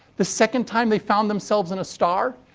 the second time they found themselves in a star,